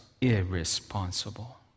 irresponsible